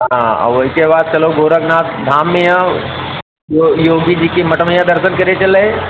हाँ और उसके बाद चलो गोरखनाथ धाम में आओ जो योगी जी के मठ में दर्शन करे चलें